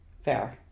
fair